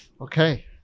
Okay